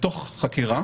מתוך חקירה